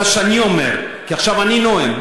מה שאני אומר, כי עכשיו אני נואם.